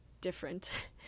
different